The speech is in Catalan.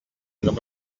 les